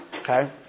Okay